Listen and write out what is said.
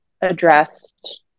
addressed